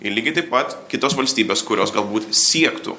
ir lygiai taip pat kitos valstybės kurios galbūt siektų